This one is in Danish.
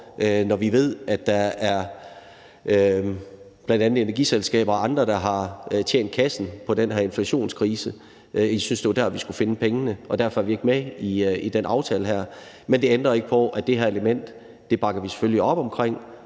når vi ved, at der er bl.a. energiselskaber og andre, der har tjent kassen på den her inflationskrise. Vi synes, det var der, vi skulle finde pengene, og derfor er vi ikke med i den her aftale. Men det ændrer ikke på, at det her element bakker vi selvfølgelig op omkring